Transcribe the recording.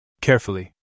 Carefully